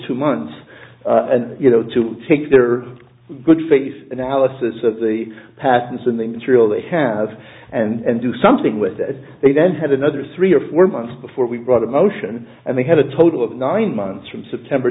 two months and you know to take their good face analysis of the past and something material they have and do something with that they then had another three or four months before we brought a motion and they had a total of nine months from september